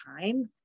time